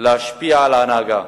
להשפיע על ההנהגה,